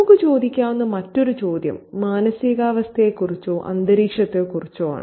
നമുക്ക് ചോദിക്കാവുന്ന മറ്റൊരു ചോദ്യം മാനസികാവസ്ഥയെക്കുറിച്ചോ അന്തരീക്ഷത്തെക്കുറിച്ചോ ആണ്